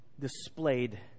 displayed